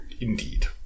indeed